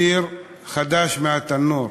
שיר חדש מהתנור,